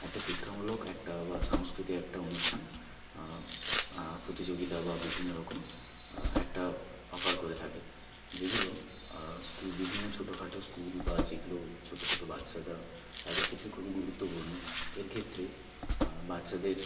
একটা শিক্ষামূলক একটা বা সাংস্কৃতিক একটা অনুষ্ঠান প্রতিযোগিতা বা বিভিন্ন রকম একটা অফার করে থাকে যেগুলো বিভিন্ন ছোটখাটো স্কুল বা যেগুলো ছোট ছোট বাচ্চারা তাদের ক্ষেত্রে খুবই গুরুত্বপূর্ণ এর ক্ষেত্রে বাচ্চাদের